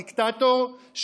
הדיקטטור,